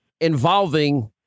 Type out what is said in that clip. involving